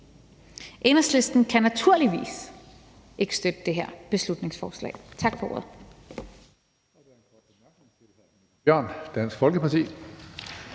Enhedslisten kan naturligvis ikke støtte det her beslutningsforslag. Tak for ordet.